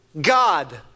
God